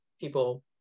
people